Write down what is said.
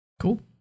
cool